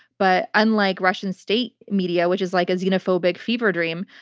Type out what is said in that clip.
but unlike russian state media, which is like a xenophobic fever dream,